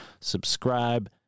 Subscribe